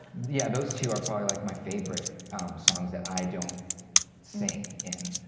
yeah, those two are probably like my favorite songs that i don't sing in.